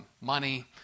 money